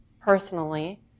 personally